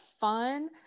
fun